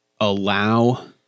allow